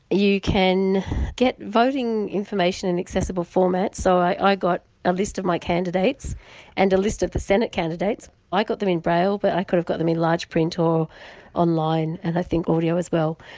you can get voting information in accessible formats, so i got a list of my candidates and a list of the senate candidates i got them in braille but i could have got them in large print or online and i think audio as well.